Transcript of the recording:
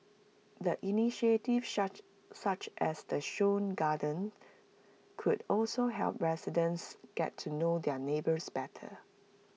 the initiatives such such as the show gardens could also help residents get to know their neighbours better